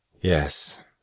Yes